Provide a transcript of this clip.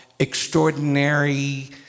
Extraordinary